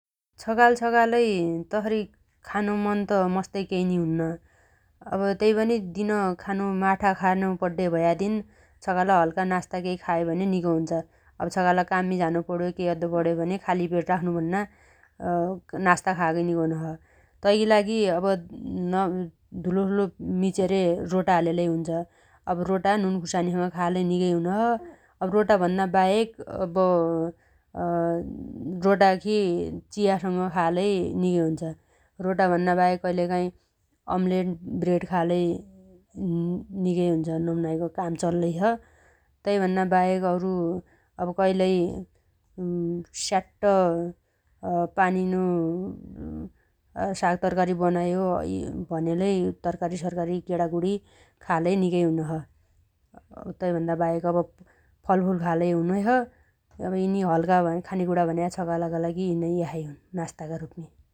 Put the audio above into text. छगालछगालै तसरी खान मन त मस्तै केइ नी हुन्न अब त्यै पनि दिन खानो माठा खानो पड्डे भया दिन छगाल हल्का नास्ता केइ खायो भने निगो हुन्छ । अब छगाल काममी झानो पण्यो केइ अद्दो पण्यो खाली पेट राख्नु भन्ना अ नास्ता खागै निगो हुनोछ । तैगी लागि अब धुलोसुलो मिचेरे रोटा हालेलै हुन्छ । अब रोटा नुन खुसानी सँग खायलै निगो हुनोछ । अब रोटाभन्ना बाहेक अब रोटाखी चियासँग खायलै निगै हुन्छ । रोटा भन्नाबाहेक कइलकाइ अम्लेट ब्रेड खायालै निगै हुन्छ नम्नमाइगो काम चल्लैछ । तैभन्नाबाहेक अब अउरु अब कइलै स्याट्ट पानीनो साग तरकारी बनायो भनेलै तरकारी सरकारी गेडागुडी खालै निगै हुनोछ । तैभन्नाबाहेक अब फलफुल खायालै हुनैछ । अब यिनी हल्का खानेकुणा भन्या छगालगा लागि यिनै यसाइ हुन् नास्तागा रुपमी ।